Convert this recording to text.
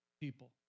people